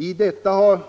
Om så